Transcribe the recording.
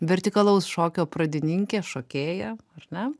vertikalaus šokio pradininkė šokėja ar ne